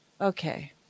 Okay